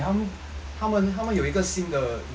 他们他们有一个新的 game mode eh